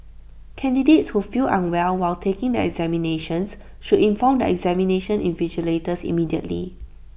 candidates who feel unwell while taking the examinations should inform the examination invigilators immediately